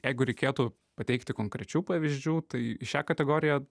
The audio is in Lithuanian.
jeigu reikėtų pateikti konkrečių pavyzdžių tai į šią kategoriją